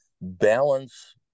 Balance